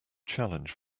challenge